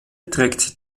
trägt